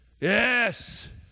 Yes